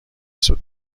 سوت